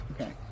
Okay